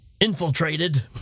infiltrated